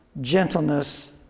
gentleness